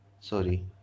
sorry